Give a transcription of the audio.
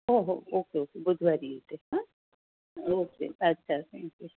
हो हो okay okay बुधवारी येते हां ओके अच्छा थँक्यू